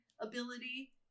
ability